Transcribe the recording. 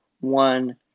one